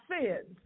sins